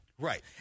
Right